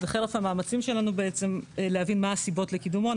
וחרף המאמצים שלנו להבין מה הסיבות לקידומו,